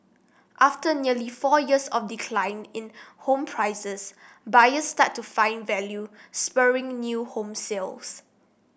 after nearly four years of decline in home prices buyers started to find value spurring new home sales